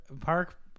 park